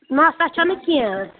نہ سۄ چھَنہٕ کیٚنٛہہ